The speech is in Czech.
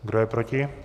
Kdo je proti?